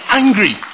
angry